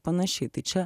panašiai tai čia